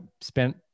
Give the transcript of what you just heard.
spent